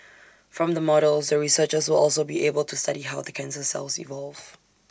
from the models the researchers will also be able to study how the cancer cells evolve